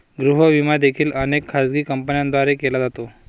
गृह विमा देखील अनेक खाजगी कंपन्यांद्वारे केला जातो